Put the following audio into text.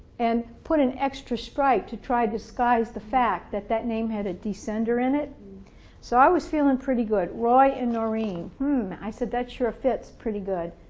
and put an extra stripe to try disguise the fact that that name had a descender in it so i was feeling pretty good, roy and noreen i said that sure ah fits pretty good.